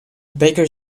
baker